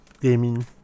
gaming